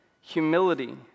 humility